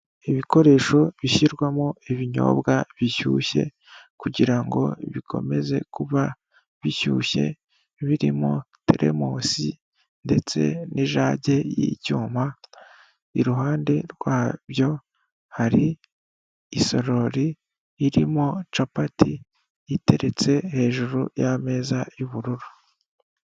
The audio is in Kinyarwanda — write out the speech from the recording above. Ibikoresho bishyirwamo ibinyobwa bishyushye, kugirango bikomeze kuba bishyushye birimo teremusi ndetse n'ijage y'icyuma, iruhande rwabyo hari isorori irimo capati iteretse hejuru ya meza y'ubururu.